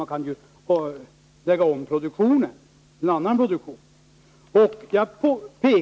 Man kan ju lägga om produktionen till annan tillverkning.